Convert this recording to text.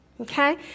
Okay